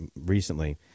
recently